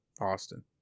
Austin